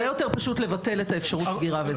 הרבה יותר פשוט לבטל את אפשרות הסגירה.